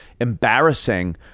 embarrassing